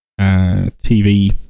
TV